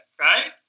right